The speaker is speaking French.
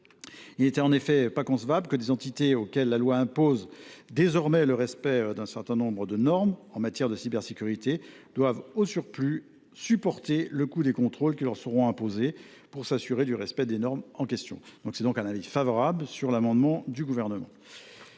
Or il n’est pas concevable que des entités auxquelles la loi imposera désormais le respect d’un certain nombre de normes en matière de cybersécurité doivent en plus supporter le coût des contrôles qui leur seront imposés pour s’assurer du respect des normes en question. L’avis de la commission spéciale est donc favorable sur cet amendement du Gouvernement.